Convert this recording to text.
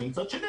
מצד שני,